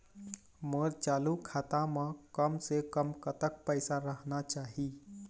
मोर चालू खाता म कम से कम कतक पैसा रहना चाही?